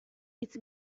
hitz